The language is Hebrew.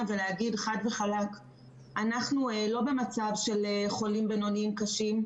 ולהגיד חד וחלק שאנחנו לא במצב של חולים בינוניים קשים,